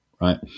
Right